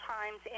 times